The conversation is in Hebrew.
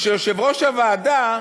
ויושב-ראש הוועדה,